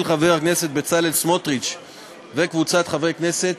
של חבר הכנסת בצלאל סמוטריץ וקבוצת חברי הכנסת,